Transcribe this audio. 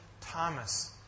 Thomas